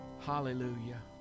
Hallelujah